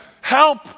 help